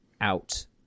out